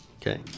Okay